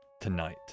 tonight